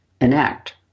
enact